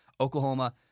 Oklahoma